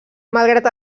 malgrat